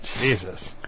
Jesus